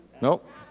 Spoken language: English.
Nope